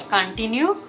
Continue